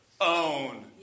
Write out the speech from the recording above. own